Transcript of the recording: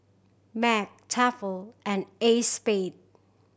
Mac Tefal and Acexspade